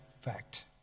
fact